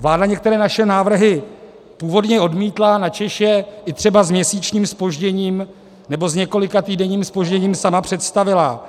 Vláda některé naše návrhy původně odmítla, načež je i třeba s měsíčním zpožděním nebo s několikatýdenním zpožděním sama představila.